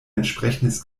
entsprechendes